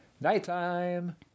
Nighttime